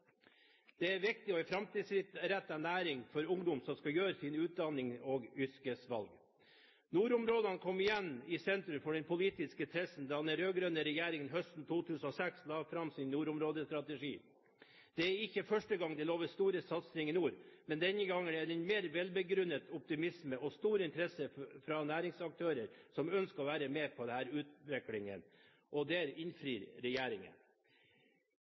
er en viktig og framtidsrettet næring for ungdom som skal gjøre sine utdannings- og yrkesvalg. Nordområdene kom igjen i sentrum for den politiske interessen da den rød-grønne regjeringen høsten 2006 la fram sin nordområdestrategi. Det er ikke første gang det loves store satsinger i nord, men denne gangen er det en mer velbegrunnet optimisme og stor interesse fra næringsaktører som ønsker å være med på denne utviklingen. Der innfrir regjeringen.